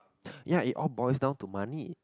ya it all boils down to money